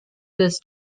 this